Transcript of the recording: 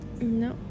No